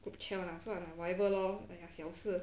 group chat lah whatever lor 小事